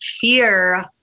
fear